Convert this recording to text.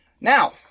Now